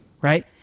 Right